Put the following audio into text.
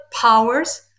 powers